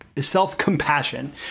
self-compassion